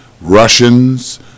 Russians